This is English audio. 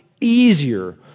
easier